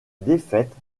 défaite